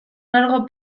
largo